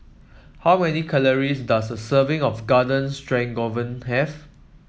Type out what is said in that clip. how many calories does a serving of Garden Stroganoff have